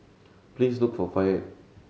please look for Fayette